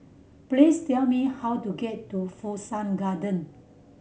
please tell me how to get to Fu Shan Garden